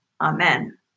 amen